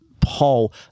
Paul